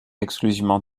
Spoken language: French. exclusivement